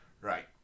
Right